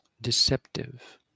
deceptive